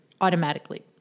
automatically